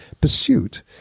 pursuit